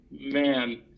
Man